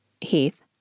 Heath